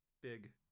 big